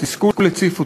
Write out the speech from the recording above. התסכול הציף אותי,